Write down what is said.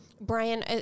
Brian